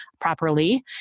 properly